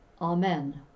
Amen